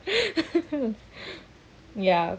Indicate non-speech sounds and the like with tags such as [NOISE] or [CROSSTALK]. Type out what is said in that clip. [NOISE] ya